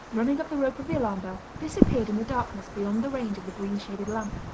running up the rope of the alarm bell, disappeared in the darkness beyond the range of the green-shaded lamp.